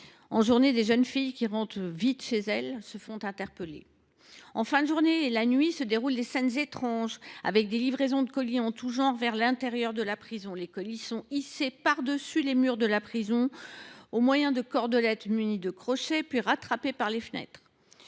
la journée, des jeunes filles, qui se pressent de rentrer chez elles, se font interpeller. En fin de journée et la nuit se déroulent des scènes étranges, des livraisons de colis en tout genre vers l’intérieur de la prison. Les colis sont hissés par dessus les murs de la prison au moyen de cordelettes munies de crochets, puis rattrapés depuis les fenêtres.